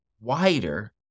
wider